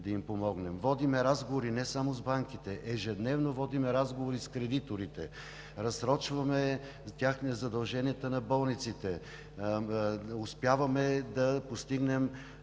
да им помогнем. Водим разговори не само с банките – ежедневно водим разговори с кредиторите, разсрочваме задълженията на болниците, успяваме да постигнем